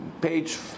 Page